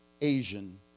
Asian